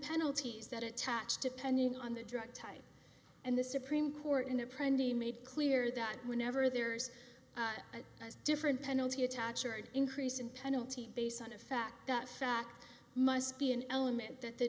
penalties that attach to pending on the drug type and the supreme court in their prime the made clear that whenever there's a different penalty attach or an increase in penalty based on a fact that fact must be an element that the